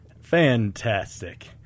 Fantastic